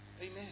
Amen